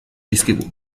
dizkigu